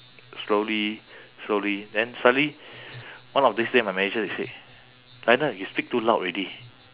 slowly slowly then suddenly one of this day my manager he say lionel you speak too loud already